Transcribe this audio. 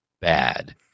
bad